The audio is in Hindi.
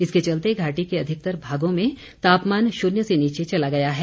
इसके चलते घाटी के अधिकतर भागों में तापमान शून्य से नीचे चला गया है